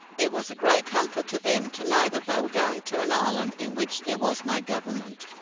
it was a great comfort to them to know that they were going to an island in which there was no government.